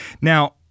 Now